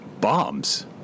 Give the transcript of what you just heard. Bombs